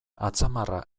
atzamarra